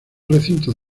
recintos